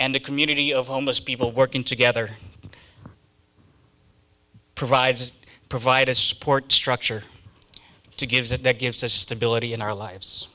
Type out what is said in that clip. a community of homeless people working together provides provide a support structure to give that that gives us stability in our lives